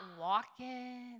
walking